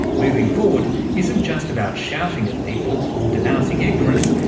moving forward isn't just about shouting at people or denouncing ignorance,